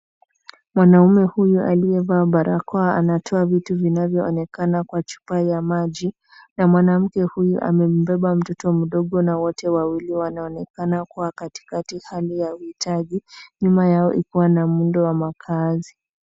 Mwanaume huyu aliyevaa barakoa anatoa vitu vinavyoonekana kwa chupa ya maji na mwanamke huyu amembeba mtoto mdogo na wote wawili wanaonekana kuwa katikati hali ya uhitaji, nyuma yao ikiwa na muundo wa makaazi.